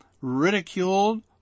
ridiculed